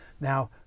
Now